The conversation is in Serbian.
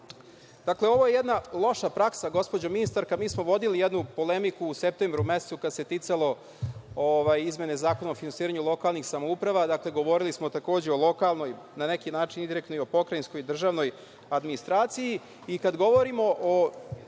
ovo je jedna loša praksa, gospođo ministarka. Mi smo vodili jednu polemiku u septembru mesecu, kad se ticalo izmene Zakona o finansiranju lokalnih samouprava, dakle, govorili smo takođe o lokalnoj, na neki način indirektno, i o pokrajinskoj državnoj administraciji.